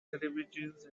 televisions